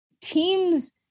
teams